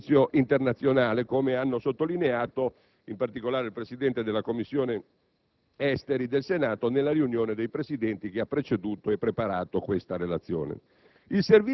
per il Servizio internazionale, come ha sottolineato in particolare il Presidente della Commissione affari esteri del Senato nella riunione dei Presidenti che ha preceduto e preparato questa relazione.